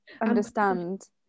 understand